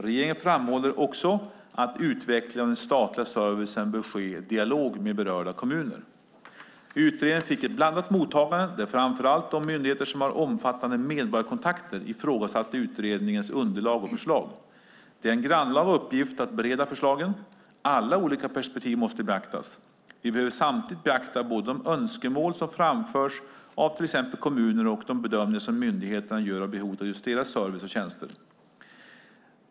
Regeringen framhåller också att utvecklingen av den statliga servicen bör ske i dialog med berörda kommuner. Utredningen fick ett blandat mottagande där framför allt de myndigheter som har omfattande medborgarkontakter ifrågasatte utredningens underlag och förslag. Det är en grannlaga uppgift att bereda förslagen. Alla olika perspektiv måste beaktas. Vi behöver samtidigt beakta både de önskemål som framförs av till exempel kommuner och de bedömningar som myndigheterna gör av behovet av deras service och tjänster.